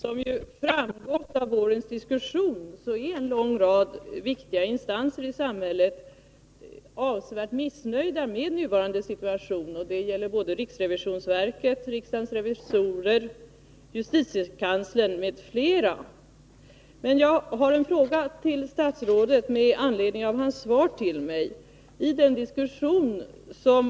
Herr talman! Jag tackar statsrådet för svaret och noterar med tillfredsställelse att insynsoch ansvarsfrågorna i de statliga förvaltningsmyndigheterna nu blir föremål för översyn. Som framgått av vårens diskussion är en lång rad instanser i samhället avsevärt missnöjda med den nuvarande situationen — det gäller riksrevisionsverket, riksdagens revisorer, justitiekanslern m.fl.